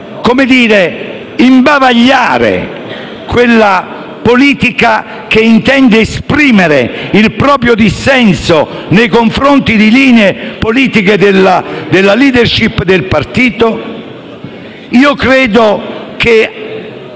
bloccare e imbavagliare la politica che intende esprimere il proprio dissenso nei confronti delle linee politiche della *leadership* del partito? Credo che